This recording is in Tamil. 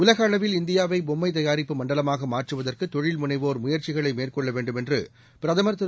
உலகஅளவில்இந்தியாவைபொம்மைதயாரிப்புமண்டல மாகமாற்றுவதற்குதொழில்முனைவோர்முயற்சிகளை மேற்கொள்ளவேண்டும்என்றுபிரதமர்திரு